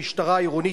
ופוגעת בחברה הישראלית